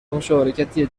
مشارکتی